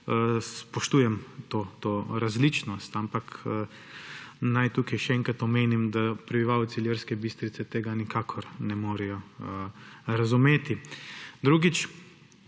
spoštujem to različnost. Ampak naj tukaj še enkrat omenim, da prebivalci Ilirske Bistrice tega nikakor ne morejo razumeti. Drugič,